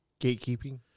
gatekeeping